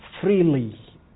freely